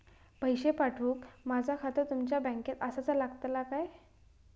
पैसे पाठुक माझा खाता तुमच्या बँकेत आसाचा लागताला काय?